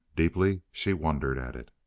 deeply she wondered at it.